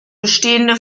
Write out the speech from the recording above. bestehende